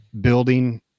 building